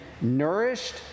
nourished